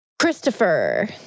Christopher